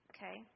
Okay